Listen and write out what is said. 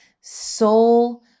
soul